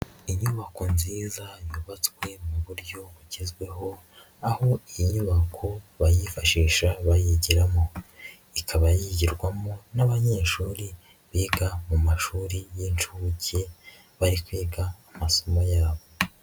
Inyubako nziza yubatswe mu buryo bugezweho, aho iyi nyubako bayifashisha bayigiramo ikaba yigirwamo n'abanyeshuri biga mu mashuri y'inshuke bari kwiga amasomo yabo.